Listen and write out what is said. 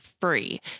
free